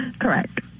Correct